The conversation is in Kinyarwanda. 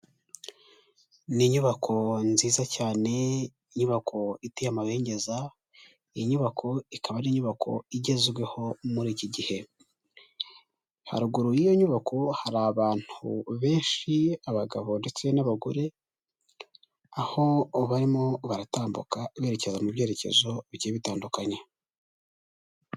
Ni inyubako nziza cyane inyubako iteye amabengeza, iyi nyubako ikaba ari inyubako igezweho muri iki gihe, haruguru y'iyo nyubako hari abantu benshi abagabo ndetse n'abagore aho barimo baratambuka berekeza mu byerekezo bigiye bitandukanye.